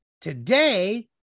Today